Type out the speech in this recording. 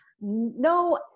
no